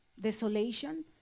Desolation